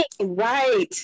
Right